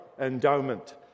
endowment